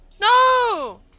No